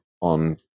on